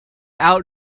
out